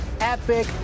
epic